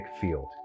field